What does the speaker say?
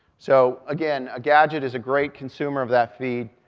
so, again, a gadget is a great consumer of that feed.